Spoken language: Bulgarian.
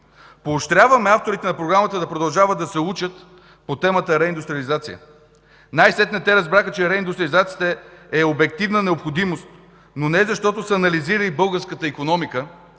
Поощряваме авторите на програмата да продължават да се учат по темата „реиндустриализация”. Най-сетне те разбраха, че реиндустриализацията е обективна необходимост, но не защото са анализирали българската икономика